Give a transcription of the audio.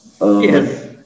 Yes